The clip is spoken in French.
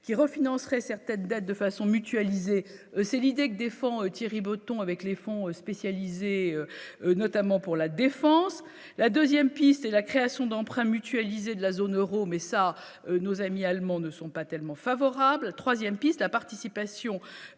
qui refinance serait certaines dates de façon mutualisée, c'est l'idée que défend Thierry Breton avec les fonds spécialisés, notamment pour la défense, la 2ème piste et la création d'emprunt mutualisé de la zone Euro mais ça nos amis allemands ne sont pas tellement favorable 3ème piste la participation